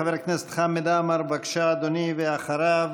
חבר הכנסת חמד עמאר, בבקשה, אדוני, ואחריו,